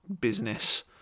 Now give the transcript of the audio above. business